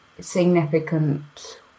significant